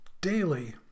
daily